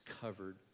covered